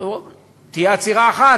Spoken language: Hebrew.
תהיה עצירה אחת,